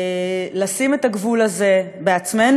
לשים את הגבול הזה בעצמנו,